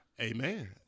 Amen